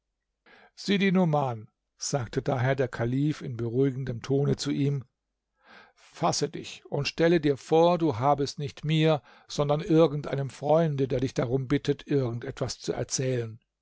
sidi numan sagte daher der kalif in beruhigendem tone zu ihm fasse dich und stelle dir vor du habest nicht mir sondern irgend einem freunde der dich darum bittet irgend etwas zu erzählen